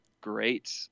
great